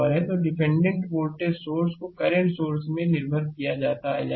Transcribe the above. तो dependent voltage source को current source पर निर्भर किया जाएगा